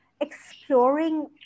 exploring